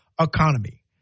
economy